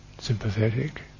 sympathetic